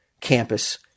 Campus